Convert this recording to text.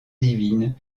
divine